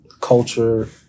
culture